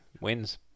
wins